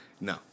No